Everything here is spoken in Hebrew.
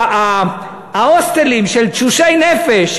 ההוסטלים של תשושי נפש,